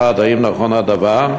1. האם נכון הדבר?